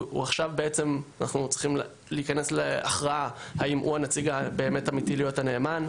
אנחנו צריכים להכריע האם הוא הנציג האמיתי ויכול להיות הנאמן,